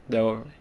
the